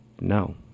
no